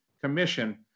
Commission